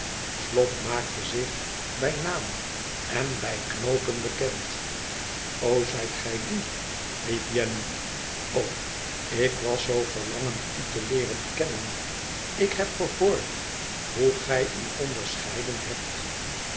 slop maakte zich bij naam en bij knoopen bekend zijt gij die riep jenny ik was zoo verlangend u te leeren kennen ik heb gehoord hoe gij u onderscheiden hebt